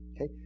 Okay